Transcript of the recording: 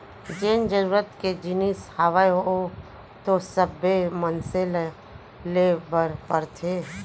जेन जरुरत के जिनिस हावय ओ तो सब्बे मनसे ल ले बर परथे